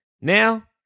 Now